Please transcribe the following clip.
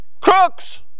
crooks